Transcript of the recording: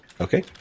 Okay